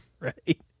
Right